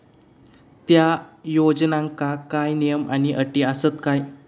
त्या योजनांका काय नियम आणि अटी आसत काय?